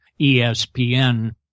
ESPN